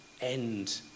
end